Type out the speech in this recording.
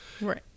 Right